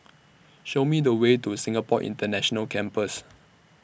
Show Me The Way to Singapore International Campus